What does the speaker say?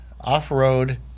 off-road